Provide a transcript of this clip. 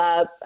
up